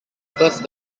first